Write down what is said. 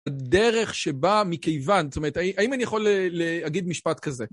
הדרך שבאה מכיוון, זאת אומרת, האם אני יכול להגיד משפט כזה?